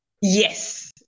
Yes